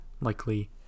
likely